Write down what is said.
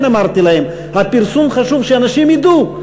לכן אמרתי להם: הפרסום חשוב כדי שאנשים ידעו.